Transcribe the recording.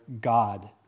God